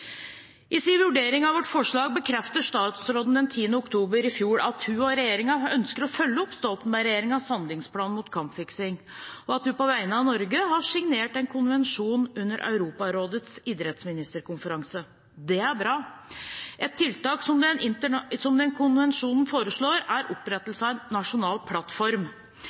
i 2014. I sin vurdering av vårt forslag bekreftet statsråden den 10. oktober i fjor at hun og regjeringen ønsker å følge opp Stoltenberg-regjeringens handlingsplan mot kampfiksing, og at hun på vegne av Norge har signert en konvensjon under Europarådets idrettsministerkonferanse. Det er bra. Et tiltak som foreslås i konvensjonen, er opprettelse av en nasjonal plattform.